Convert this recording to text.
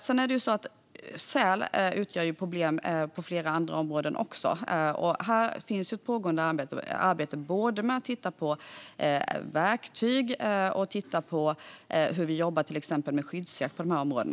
Sedan utgör säl ett problem också på flera andra områden. Här finns ett pågående arbete med att titta både på verktyg och på hur vi ska jobba med skyddsjakt på dessa områden.